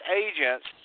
agents